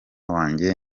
wanjye